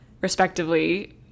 respectively